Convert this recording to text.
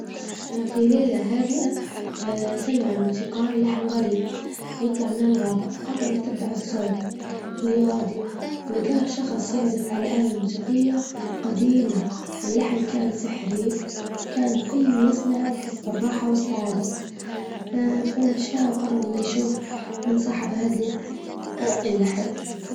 في ليلة هادئة سمع الموسيقار لحن غريب، يطلع من الغابة قرر يتبع الصوت، إللي يغادي ولجاه شخص يعزف على الآلة الموسيقية جديمة، واللحن كان سحري، وكان كل من يسمعه يحس بالراحة والسعادة، فمشى وقرر إنه يشوف من صاحب هادي اللحن.